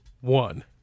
one